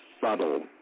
subtle